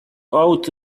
out